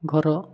ଘର